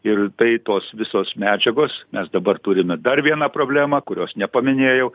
ir tai tos visos medžiagos mes dabar turime dar vieną problemą kurios nepaminėjau